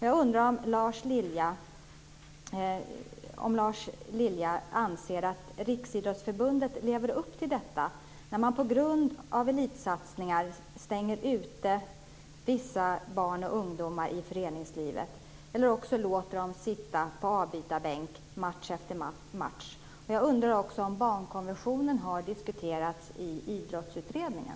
Jag undrar om Lars Lilja anser att Riksidrottsförbundet lever upp till detta när vissa barn och ungdomar på grund av elitsatsningar stängs ute ur föreningslivet eller låter dem sitta på avbytarbänk match efter match. Jag undrar om barnkonventionen har diskuterats i Idrottsutredningen.